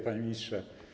Panie Ministrze!